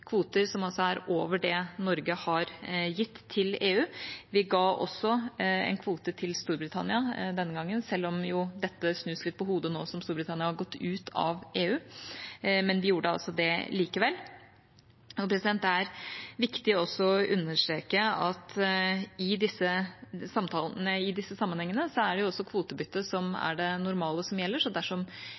kvoter som er over det Norge har gitt til EU. Vi ga også en kvote til Storbritannia denne gangen, selv om dette snus litt på hodet nå som Storbritannia har gått ut av EU. Men vi gjorde altså det likevel. Det er viktig å understreke at i disse sammenhengene er det kvotebytte som er det normale som gjelder, så dersom